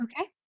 Okay